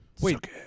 Wait